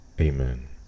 Amen